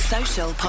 Social